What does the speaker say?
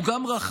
הוא גם רחב,